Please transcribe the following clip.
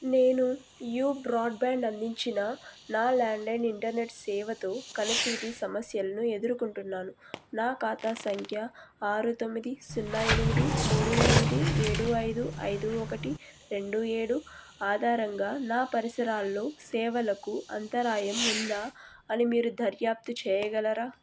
నేను You Broadband అందించిన నా ల్యాండ్లైన్ ఇంటర్నెట్ సేవతో కనెక్టివిటీ సమస్యలను ఎదుర్కొంటున్నాను నా ఖాతా సంఖ్య ఆరు తొమ్మిది సున్నా ఎనిమిది మూడు ఎనిమిది ఏడు ఐదు ఐదు ఒకటి రెండు ఏడు ఆధారంగా నా పరిసరాల్లో సేవలకు అంతరాయం ఉందా అని మీరు దర్యాప్తు చెయ్యగలరా